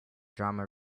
drama